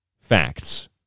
facts